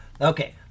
Okay